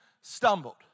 stumbled